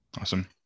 Awesome